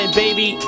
baby